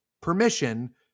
permission